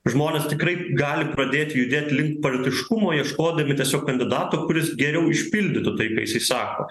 žmonės tikrai gali pradėt judėt link partiškumo ieškodami tiesiog kandidato kuris geriau išpildytų tai ką jisai sako